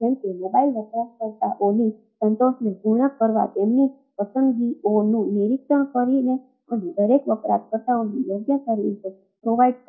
જેમ કે મોબાઇલ વપરાશકર્તાની સંતોષને પૂર્ણ કરવા તેમની પસંદગીઓનું નિરીક્ષણ કરીને અને દરેક વપરાશકર્તાઓને યોગ્ય સર્વિસો પ્રૉવાઈડ